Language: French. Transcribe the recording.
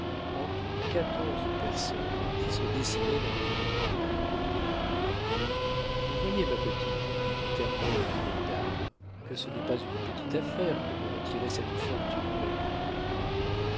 en tout quatorze personnes qui se dessinaient dans le lointain vous voyez ma petite dit en terminant la vieille dame que ce n'est pas une petite affaire que de retirer cette fortune de la gueule du loup